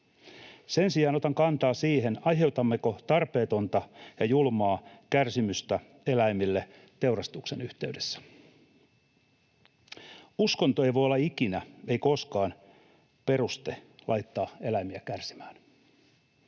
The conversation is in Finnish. Sen sijaan otan kantaa siihen, aiheutammeko tarpeetonta ja julmaa kärsimystä eläimille teurastuksen yhteydessä. Uskonto ei voi olla ikinä, ei koskaan, peruste laittaa eläimiä kärsimään.